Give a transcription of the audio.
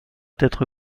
être